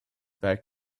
back